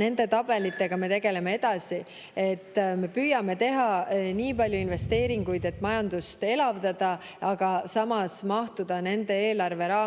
Nende tabelitega me tegeleme edasi. Me püüame teha nii palju investeeringuid, et majandust elavdada, aga samas mahtuda nende eelarveraamide